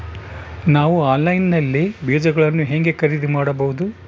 ನಾವು ಆನ್ಲೈನ್ ನಲ್ಲಿ ಬೇಜಗಳನ್ನು ಹೆಂಗ ಖರೇದಿ ಮಾಡಬಹುದು?